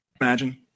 Imagine